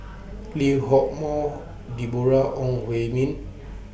Lee Hock Moh Deborah Ong Hui Min